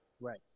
Right